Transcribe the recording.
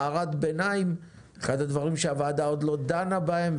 הערת ביניים: אחד הדברים שהוועדה עדיין לא דנה בהם,